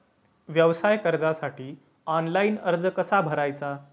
व्यवसाय कर्जासाठी ऑनलाइन अर्ज कसा भरायचा?